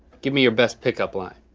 give me your best pick-up line.